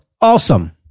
awesome